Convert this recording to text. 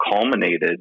culminated